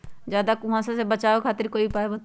ज्यादा कुहासा से बचाव खातिर कोई उपाय बताऊ?